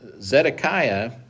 Zedekiah